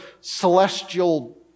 celestial